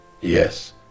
Yes